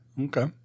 Okay